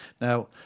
Now